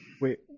wait